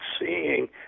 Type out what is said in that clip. seeing